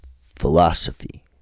philosophy